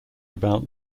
about